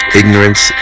ignorance